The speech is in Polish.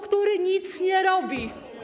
który nic nie robi.